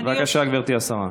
בבקשה, גברתי השרה.